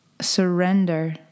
surrender